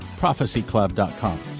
prophecyclub.com